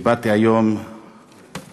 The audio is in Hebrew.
ובאתי היום להשתתף